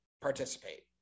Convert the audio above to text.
participate